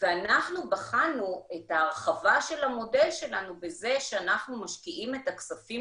ואנחנו בחנו את ההרחבה של המודל שלנו בזה שאנחנו משקיעים את הכספים